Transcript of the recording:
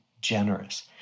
generous